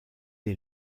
est